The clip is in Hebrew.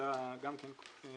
שנמצא גם כן כאן,